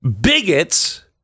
bigots